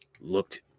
looked